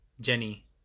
Jenny